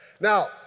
Now